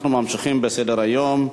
אנחנו ממשיכים בסדר-היום.